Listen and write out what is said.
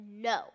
no